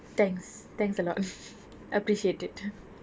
thanks thanks a lot appreciate it